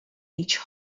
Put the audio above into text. each